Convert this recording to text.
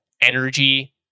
energy